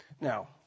Now